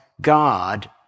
God